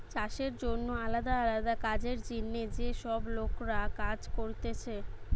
চাষের জন্যে আলদা আলদা কাজের জিনে যে সব লোকরা কাজ করতিছে